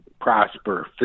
prosper